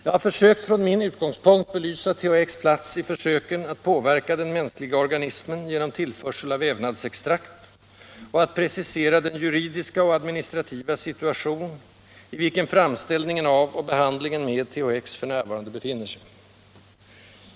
Jag har försökt från min utgångspunkt att belysa THX plats i försöken att påverka den mänskliga organismen genom tillförsel av vävnadsextrakt och att precisera den juridiska och administrativa situation, i vilken framställningen av och behandlingen med THX f.n. befinner sig.